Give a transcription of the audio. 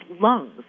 lungs